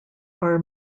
are